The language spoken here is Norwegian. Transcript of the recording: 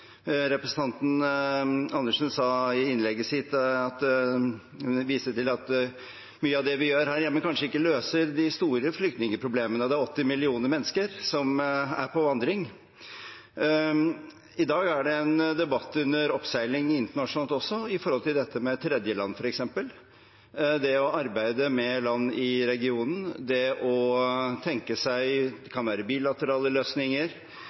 Representanten Andersen viste i innlegget sitt til at mye av det vi gjør her hjemme, kanskje ikke løser de store flyktningproblemene. Det er 80 millioner mennesker som er på vandring. I dag er det en debatt under oppseiling internasjonalt også når det gjelder dette med f.eks. tredjeland, det å arbeide med land i regionen, det å tenke seg at det kan være bilaterale løsninger,